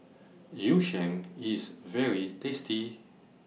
Yu Sheng IS very tasty